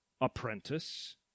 apprentice